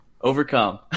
overcome